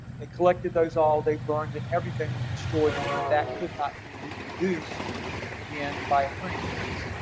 they collected those all, they burned it. everything was destroyed and then that could not be reproduced again by a printing press.